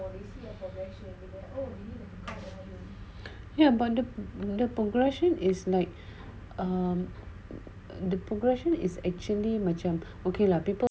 ya but the progression is like um the progression is actually macam okay lah people